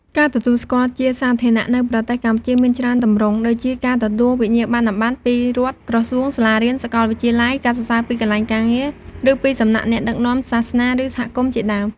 ការទទួលស្គាល់់ជាសាធារណៈនៅប្រទេសកម្ពុជាមានច្រើនទម្រង់ ដូចជាការទទួលវិញ្ញាបនបត្រពីរដ្ឋ ក្រសួង សាលារៀន សកលវិទ្យាល័យ ការសរសើរពីកន្លែងការងារ ឬពីសំណាក់អ្នកដឹកនាំសាសនា ឬ សហគមន៍ជាដើម។